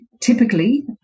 typically